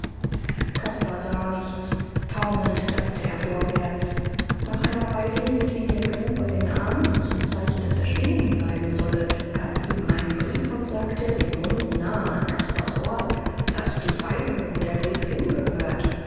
sah nichts taumelnd tappte er vorwärts nach einer weile hielt ihn der du bei den armen zum zeichen daß er stehenbleiben solle gab ihm einen brief und sagte den mund nahe an caspars ohr laß dich weisen wo der brief hingehört